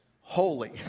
holy